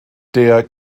der